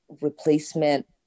replacement